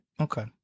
Okay